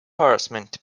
harassment